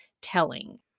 telling